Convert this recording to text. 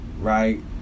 right